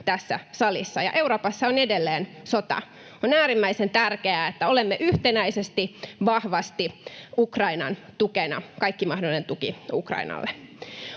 tässä salissa. Euroopassa on edelleen sota. On äärimmäisen tärkeää, että olemme yhtenäisesti, vahvasti Ukrainan tukena — kaikki mahdollinen tuki Ukrainalle.